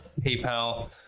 PayPal